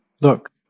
look